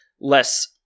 less